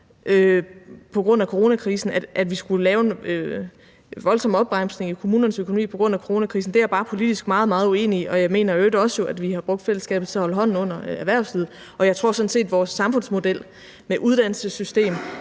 på grund af coronakrisen skulle lave en voldsom opbremsning af kommunernes økonomi, er jeg bare politisk meget, meget uenig i. Og jeg mener i øvrigt også, at vi har brugt fællesskabet til at holde hånden under erhvervslivet, og jeg tror sådan set, at vores samfundsmodel med uddannelsessystem